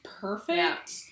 perfect